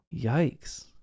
Yikes